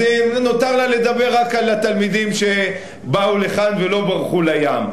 אז נותר לה לדבר רק אל התלמידים שבאו ולא ברחו לים.